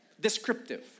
Descriptive